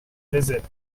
visit